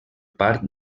part